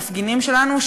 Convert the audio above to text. מפגינים שלנו,